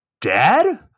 Dad